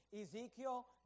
Ezekiel